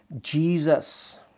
Jesus